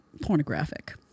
pornographic